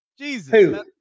Jesus